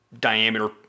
diameter